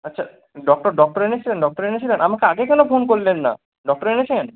আচ্ছা doctor doctor এনেছিলেন doctor এনেছিলেন আমাকে আগে কেন ফোন করলেন না ডক্টর এনেছেন